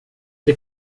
det